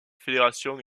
fédération